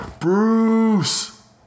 Bruce